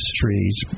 trees